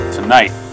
Tonight